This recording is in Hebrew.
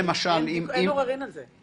אין עוררין על זה.